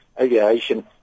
aviation